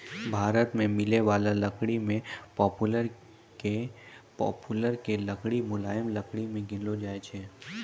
भारत मॅ मिलै वाला लकड़ी मॅ पॉपुलर के लकड़ी मुलायम लकड़ी मॅ गिनलो जाय छै